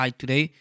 today